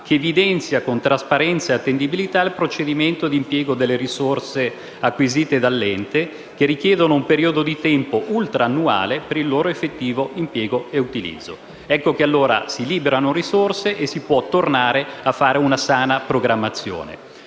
che evidenzia con trasparenza e attendibilità il procedimento di impiego delle risorse acquisite dall'ente che richiedono un periodo di tempo ultrannuale per il loro effettivo impiego e utilizzo. In questo modo si liberano risorse e si può tornare a fare una sana programmazione.